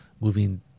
moving